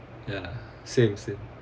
ya same same